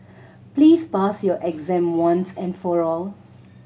please pass your exam once and for all